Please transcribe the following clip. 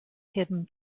hidden